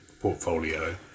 portfolio